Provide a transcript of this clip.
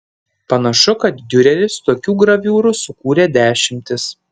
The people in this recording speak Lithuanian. panašu kad diureris tokių graviūrų sukūrė dešimtis